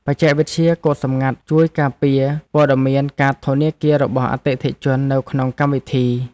បច្ចេកវិទ្យាកូដសម្ងាត់ ជួយការពារព័ត៌មានកាតធនាគាររបស់អតិថិជននៅក្នុងកម្មវិធី។